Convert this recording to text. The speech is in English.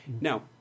Now